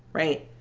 right?